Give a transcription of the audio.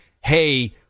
hey